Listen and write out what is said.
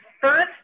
first